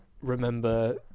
remember